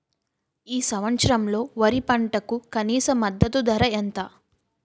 ఈ సంవత్సరంలో వరి పంటకు కనీస మద్దతు ధర ఎంత?